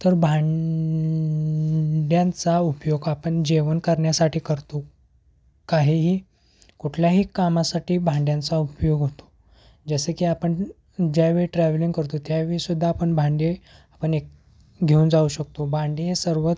तर भांड्यांचा उपयोग आपण जेवण करण्या्साठी करतो काहीही कुठल्याही कामासाटी भांड्यांचा उपयोग होतो जसं की आपण ज्यावेेळी ट्रॅव्हलिंग करतो त्यावेळीसुद्धा आपण भांडे आपण एक घेऊन जाऊ शकतो भांडी हे सर्वात